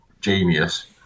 genius